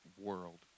world